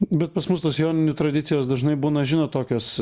bet pas mus tos joninių tradicijos dažnai būna žinot tokios